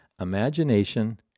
imagination